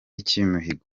uciyimihigo